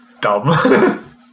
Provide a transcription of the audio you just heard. dumb